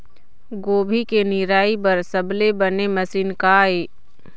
गोभी के निराई बर सबले बने मशीन का ये?